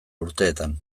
urteetan